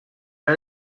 era